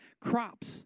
crops